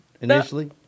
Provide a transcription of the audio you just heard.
initially